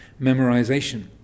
memorization